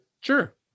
Sure